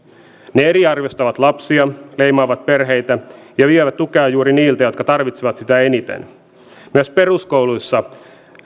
ne eriarvoistavat lapsia leimaavat perheitä ja vievät tukea juuri niiltä jotka tarvitsevat sitä eniten myös peruskouluissa